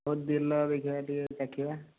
ହଉ ଦେଲ ଦେଖିବା ଟିକେ ଚାଖିବା